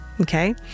Okay